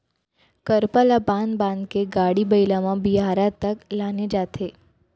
करपा ल बांध बांध के गाड़ी बइला म बियारा तक लाने जाथे